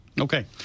okay